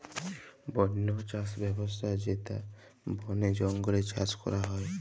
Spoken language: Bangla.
বল্য চাস ব্যবস্থা যেটা বলে জঙ্গলে চাষ ক্যরা হ্যয়